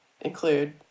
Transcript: include